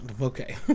okay